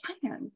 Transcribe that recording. plan